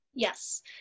Yes